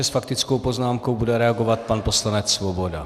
S faktickou poznámkou bude reagovat pan poslanec Svoboda.